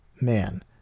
man